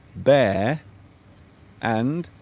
bear and